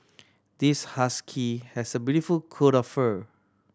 this husky has a beautiful coat of fur